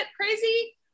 crazy